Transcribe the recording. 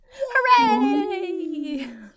Hooray